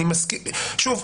שוב,